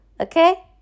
okay